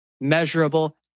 measurable